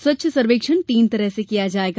स्वच्छ सर्वेक्षण तीन तरह से किया जायेगा